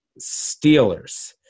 Steelers